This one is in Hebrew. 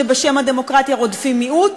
שבשם הדמוקרטיה רודפים מיעוט,